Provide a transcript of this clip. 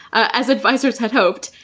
as advisors had hoped,